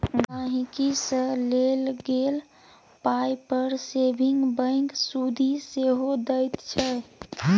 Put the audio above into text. गांहिकी सँ लेल गेल पाइ पर सेबिंग बैंक सुदि सेहो दैत छै